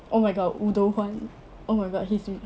oh my god woo do hwan oh my god he is